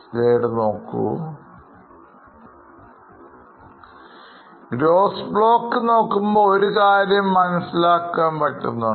Gross block നോക്കുമ്പോൾ ഒരു കാര്യം മനസ്സിലാക്കാൻ പറ്റുന്നുണ്ട്